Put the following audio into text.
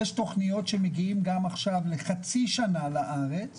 תוכניות שמגיעות גם עכשיו לחצי שנה לארץ